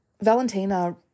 Valentina